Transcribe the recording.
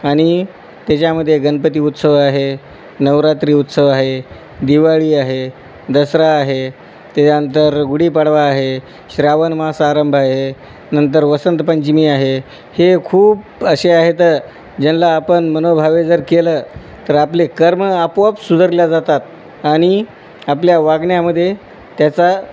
आणि त्याच्यामध्ये गणपती उत्सव आहे नवरात्री उत्सव आहे दिवाळी आहे दसरा आहे त्याच्यानंतर गुढीपाडवा आहे श्रावण मास आरंभ आहे नंतर वसंतपंचमी आहे हे खूप असे आहेत ज्यांला आपण मनोभावे जर केलं तर आपले कर्म आपोआप सुधरल्या जातात आणि आपल्या वागण्यामध्ये त्याचा